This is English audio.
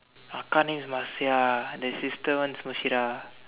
akka name is Marsia the sister one is Mushirah